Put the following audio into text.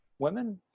Women